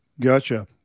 Gotcha